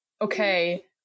Okay